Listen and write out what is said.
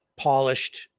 polished